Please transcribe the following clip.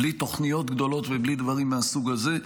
בלי תוכניות גדולות ובלי דברים מהסוג הזה.